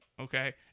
okay